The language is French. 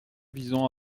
visant